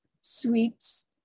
sweets